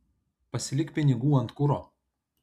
pasilik pinigų ant kuro